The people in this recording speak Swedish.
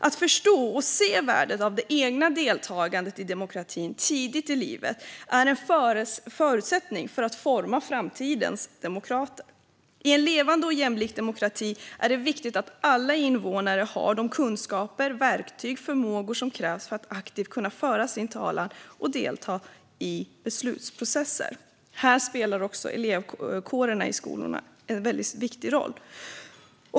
Att förstå och se värdet av det egna deltagandet i demokratin tidigt i livet är en förutsättning för att forma framtidens demokrater. I en levande och jämlik demokrati är det viktigt att alla invånare har de kunskaper, verktyg och förmågor som krävs för att aktivt kunna föra sin talan och delta i beslutsprocesser. Här spelar också elevkårerna i skolorna en väldigt viktig roll.